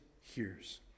hears